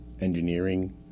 engineering